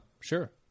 Sure